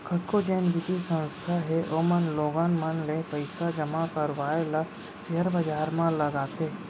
कतको जेन बित्तीय संस्था हे ओमन लोगन मन ले पइसा जमा करवाय ल सेयर बजार म लगाथे